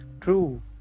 True